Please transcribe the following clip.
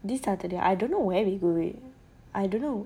this saturday I don't know where we going I don't know